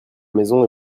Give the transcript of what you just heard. maison